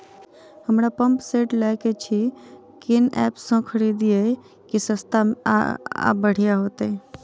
हमरा pump set लय केँ अछि केँ ऐप सँ खरिदियै की सस्ता आ बढ़िया हेतइ?